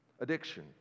addiction